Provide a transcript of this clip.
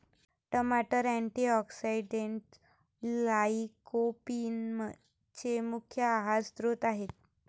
टमाटर अँटीऑक्सिडेंट्स लाइकोपीनचे मुख्य आहार स्त्रोत आहेत